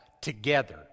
together